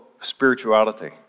spirituality